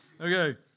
Okay